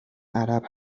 عرب